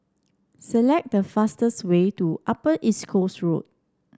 select the fastest way to Upper East Coast Road